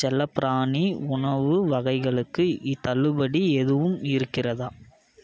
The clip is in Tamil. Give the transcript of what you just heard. செல்லப்பிராணி உணவு வகைகளுக்கு தள்ளுபடி எதுவும் இருக்கிறதா